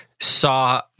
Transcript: saw